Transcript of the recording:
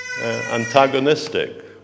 antagonistic